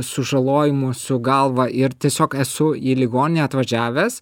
sužalojimų su galva ir tiesiog esu į ligoninę atvažiavęs